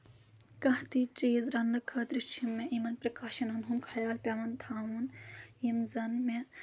کانٛہہ تہِ چیٖز رَنٕنہٕ خٲطرٕ چھُ مےٚ یِمن پرٛکاشنن ہُنٛد خیال پؠوان تھاوُن یِم زَن مےٚ